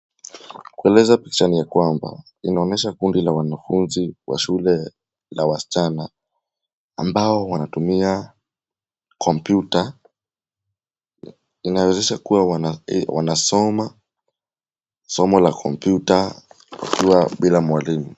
Kueleza picha ni ya kwamba inaonyesha kundi la wanafunzi wa shule la wasichana ambao wanatumia kompyuta inawezesha kuwa wanasoma somo la kompyuta wakiwa bila mwalimu.